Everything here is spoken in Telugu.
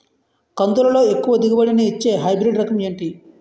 కందుల లో ఎక్కువ దిగుబడి ని ఇచ్చే హైబ్రిడ్ రకం ఏంటి?